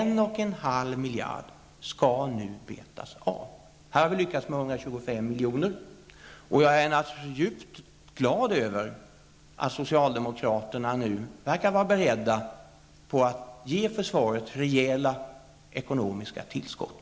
Nu skall 1,5 miljarder betas av. Här har vi lyckats med 125 miljoner. Jag är naturligtvis glad över att socialdemokraterna nu verkar vara beredda att ge försvaret rejäla ekonomiska tillskott.